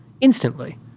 Instantly